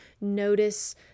notice